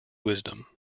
wisdom